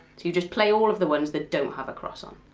you just play all of the ones that don't have a cross on.